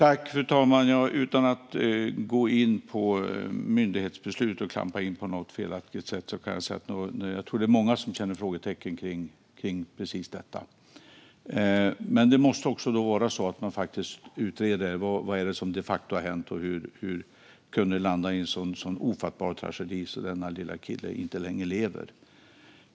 Fru talman! Utan att gå in på myndighetsbeslut och klampa in på något felaktigt sätt kan jag säga att det nog är många som känner frågetecken kring precis detta. Men man måste utreda vad som de facto har hänt och hur det kunde leda till en så ofattbar tragedi att denna lilla kille inte längre lever.